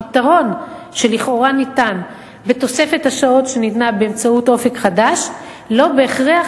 הפתרון שלכאורה ניתן בתוספת השעות שניתנה באמצעות "אופק חדש" לא בהכרח